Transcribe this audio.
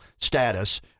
status